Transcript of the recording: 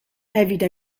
evita